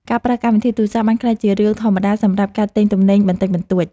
ការប្រើកម្មវិធីទូរសព្ទ បានក្លាយជារឿងធម្មតាសម្រាប់ការទិញទំនិញបន្តិចបន្តួច។